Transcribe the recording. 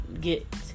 get